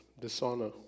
Dishonor